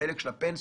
החלק של הפנסיות